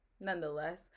Nonetheless